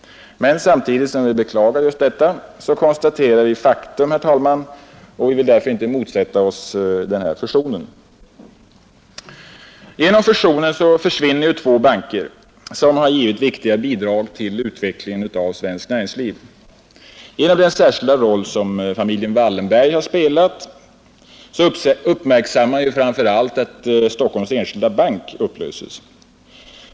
Men samtidigt som vi beklagar detta, konstaterar vi faktum och vill därför inte motsätta oss en fusion. Genom fusionen försvinner två banker som givit viktiga bidrag till utvecklingen av svenskt näringsliv. Genom den särskilda roll som familjen Wallenberg har spelat uppmärksammar man framför allt att Stockholms enskilda bank upplöses.